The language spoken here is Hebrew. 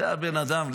זה הבן אדם.